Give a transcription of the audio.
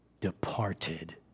departed